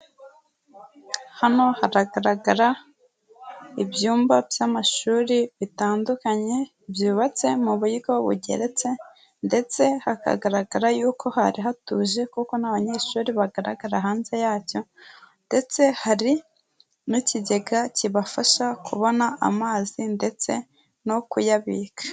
Hano haragaragara ibyumba by'amashuri bitandukanye byubatse mu buryo bugeretse ndetse hakagaragara yuko hari hatuje kuko nta banyeshuri bagaragara hanze yacyo, ndetse hari n'ikigega kibafasha kubona amazi ndetse no kuyabika.